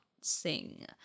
sing